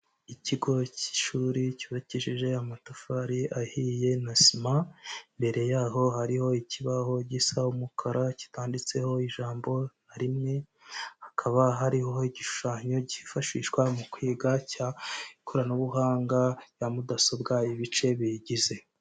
Ikigo cy'ishuri cyubakishije amatafari ahiye na sima, imbere yaho hariho ikibaho gisa umukara kitanditseho ijambo rimwe, hakaba hariho igishushanyo cyifashishwa mu kwiga cya ikoranabuhanga rya mudasobwa ibice biyigize.